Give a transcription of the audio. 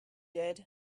did